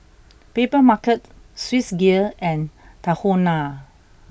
Papermarket Swissgear and Tahuna